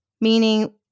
meaning